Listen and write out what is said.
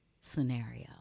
scenario